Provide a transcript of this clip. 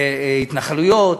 להתנחלויות.